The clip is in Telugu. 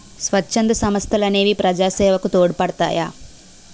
స్వచ్ఛంద సంస్థలనేవి ప్రజాసేవకు తోడ్పడతాయి